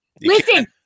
Listen